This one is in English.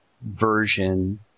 version